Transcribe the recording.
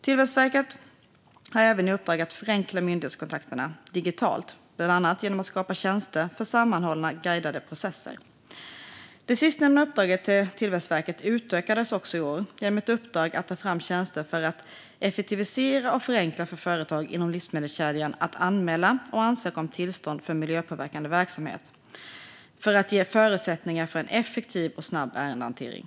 Tillväxtverket har även i uppdrag att förenkla myndighetskontakter digitalt, bland annat genom att skapa tjänster för sammanhållna guidade processer. Det sistnämnda uppdraget till Tillväxtverket utökades i år genom ett uppdrag att ta fram tjänster för att effektivisera och förenkla för företag inom livsmedelskedjan att anmäla eller ansöka om tillstånd för miljöpåverkande verksamhet. Detta gjordes för att ge förutsättningar för en effektiv och snabb ärendehandläggning.